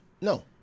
No